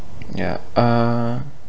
yeah uh